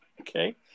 Okay